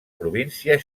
província